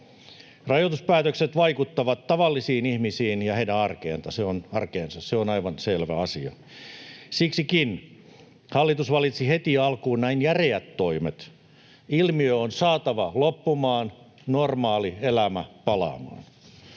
Rajoituspäätökset vaikuttavat tavallisiin ihmisiin ja heidän arkeensa. Se on aivan selvä asia. Siksikin hallitus valitsi heti alkuun näin järeät toimet — ilmiö on saatava loppumaan, normaali elämä palaamaan.